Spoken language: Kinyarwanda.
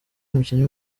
umukinnyi